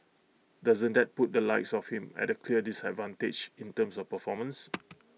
doesn't that put the likes of him at A clear disadvantage in terms of performance